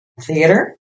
theater